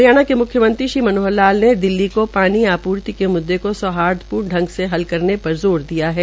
हरियाणा के म्ख्यमंत्री श्री मनोहर लाल ने दिल्ली को पानी की आपूर्ति में मुद्दे को सौहार्दपूर्ण ढंग से करने पर ज़ोर दिया है